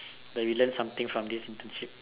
so we learn something from this internship